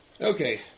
Okay